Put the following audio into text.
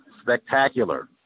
spectacular